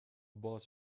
باز